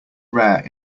rare